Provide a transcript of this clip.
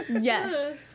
Yes